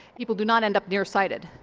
people do not end up near-sighted.